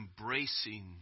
embracing